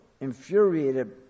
infuriated